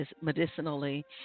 medicinally